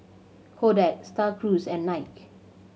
Kodak Star Cruise and Nike